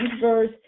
verse